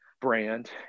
brand